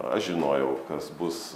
aš žinojau kas bus